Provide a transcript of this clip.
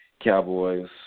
Cowboys